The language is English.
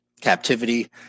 captivity